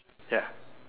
ya